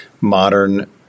modern